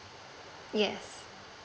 yes